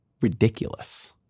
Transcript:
ridiculous